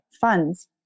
funds